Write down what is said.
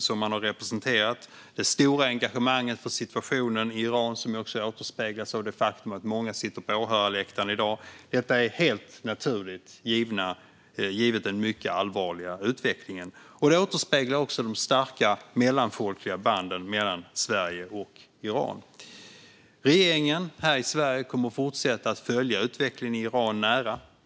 Det finns ett stort engagemang för situationen i Iran, vilket också återspeglas av att många nu sitter på åhörarläktaren. Detta är helt naturligt givet den mycket allvarliga utvecklingen och återspeglar också de starka mellanfolkliga banden mellan Sverige och Iran. Regeringen kommer att fortsätta att följa utvecklingen i Iran nära.